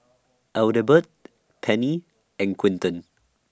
Adelbert Penny and Quinton